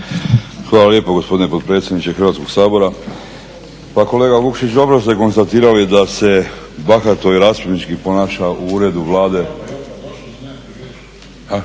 Hvala lijepo gospodine potpredsjedniče Hrvatskog sabora. Pa kolega Vukšić, dobro ste konstatirali da se bahato i rasipnički ponaša u uredu Vlade